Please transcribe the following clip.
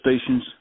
station's